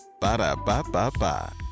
Ba-da-ba-ba-ba